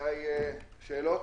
חגי שאלות?